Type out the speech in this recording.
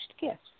gifts